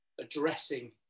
addressing